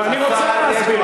לא, אני רוצה להסביר.